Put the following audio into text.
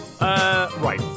Right